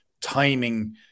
timing